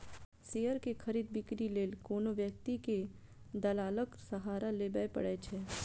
share के खरीद, बिक्री लेल कोनो व्यक्ति कें दलालक सहारा लेबैए पड़ै छै